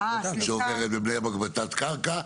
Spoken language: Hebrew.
שעוברת בבני ברק בתת-קרקע,